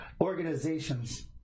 organizations